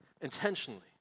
Intentionally